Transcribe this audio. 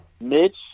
Mitch